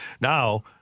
Now